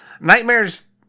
nightmares